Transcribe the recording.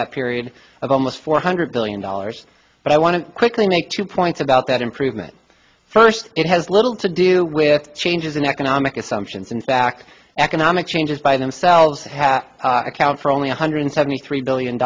that period of almost four hundred billion dollars but i want to quickly make two points about that improvement first it has little to do with changes in economic assumptions in fact economic changes by themselves have account for only one hundred seventy three billion